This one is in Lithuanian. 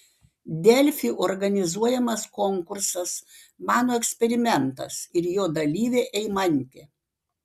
delfi organizuojamas konkursas mano eksperimentas ir jo dalyvė eimantė